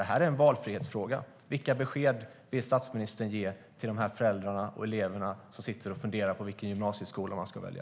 Det här är en valfrihetsfråga. Vilka besked vill statsministern ge till de föräldrar och elever som sitter och funderar på vilken gymnasieskola de ska välja?